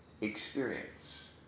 experience